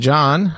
John